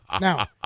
Now